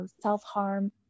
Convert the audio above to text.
self-harm